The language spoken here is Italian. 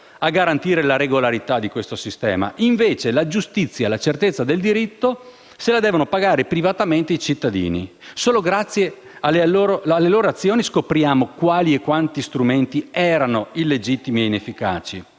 a garantire la regolarità di questo sistema e invece la giustizia e la certezza del diritto se la devono pagare privatamente i cittadini. Solo grazie alle loro azioni abbiamo scoperto quali e quanti strumenti erano illegittimi e inefficaci.